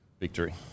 Victory